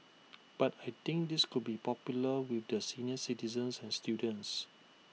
but I think this could be popular with the senior citizens and students